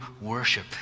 worship